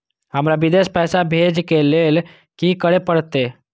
हमरा विदेश पैसा भेज के लेल की करे परते?